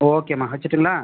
ஓகேம்மா வச்சுட்டுங்களா